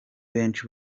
benshi